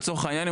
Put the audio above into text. לצורך העניין,